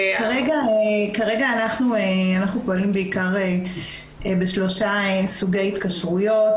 כרגע אנחנו פועלים בעיקר בשלושה סוגי התקשרויות.